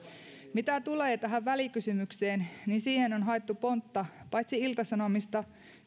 mitä tulee tähän välikysymykseen niin siihen on haettu pontta paitsi ilta sanomista